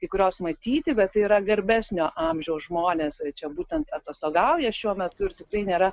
kai kurios matyti bet yra garbesnio amžiaus žmonės čia būtent atostogauja šiuo metu ir tikrai nėra